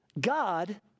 god